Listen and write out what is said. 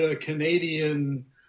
Canadian